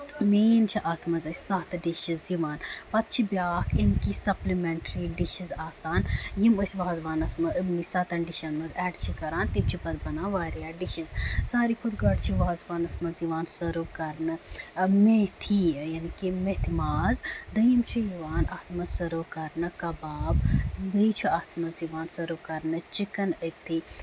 main چھِ اَتھ منٛز اَسہِ سَتھ ڈِشِز یِوان پَتہٕ چھِ بیاکھ اِن کہِ سَپلِمینٹری ڈِشِز آسان یِم أسۍ وازوانَس منٛز سَتن ڈِشن منز ایڈ چھِ کران تِم چھِ پَتہٕ بَنان واریاہ ڈِشِز ساروی کھۄتہٕ گۄڈٕ چھِ وازوانَس منٛز یِوان سٔرٕو کرنہٕ میتھی یعنے کہِ میتھِ ماز دٔیُم چھُ یِوان اَتھ منٛز سٔرٕو کرنہٕ کَباب بیٚیہِ چھُ اَتھ منز یِوان سٔرٕو کرنہٕ چِکن أتھی